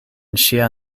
ŝia